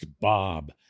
Bob